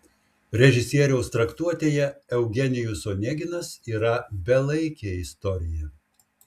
režisieriaus traktuotėje eugenijus oneginas yra belaikė istorija